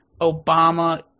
Obama